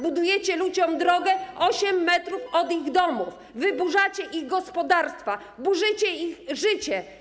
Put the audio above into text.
Budujecie ludziom drogę 8 m od ich domów, wyburzacie ich gospodarstwa, burzycie ich życie.